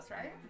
right